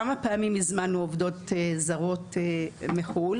כמה פעמים הזמנו עובדות זרות מחו"ל.